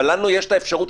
אבל לנו יש את האפשרות,